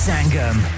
Sangam